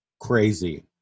Crazy